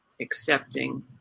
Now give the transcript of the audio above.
accepting